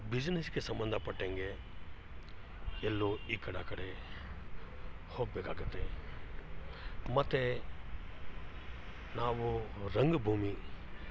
ಬಿಸನೆಸ್ಗೆ ಸಂಬಂಧಪಟ್ಟಂಗೆ ಎಲ್ಲ ಈ ಕಡೆ ಆ ಕಡೆ ಹೋಗಬೇಕಾಗುತ್ತೆ ಮತ್ತು ನಾವು ರಂಗ ಭೂಮಿ